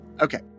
Okay